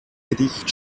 gedicht